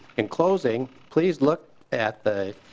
in closing please look at the